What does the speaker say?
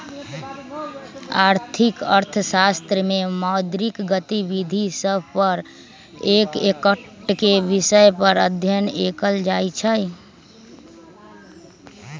आर्थिक अर्थशास्त्र में मौद्रिक गतिविधि सभ पर एकटक्केँ विषय पर अध्ययन कएल जाइ छइ